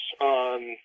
on